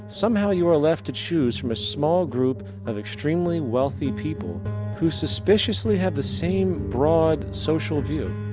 somehow you are left to choose from a small group of extremely wealthy people who suspiciously have the same broad social view.